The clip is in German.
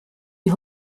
die